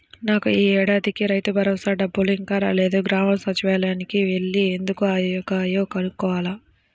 నాకు యీ ఏడాదికి రైతుభరోసా డబ్బులు ఇంకా రాలేదు, గ్రామ సచ్చివాలయానికి యెల్లి ఎందుకు ఆగాయో కనుక్కోవాల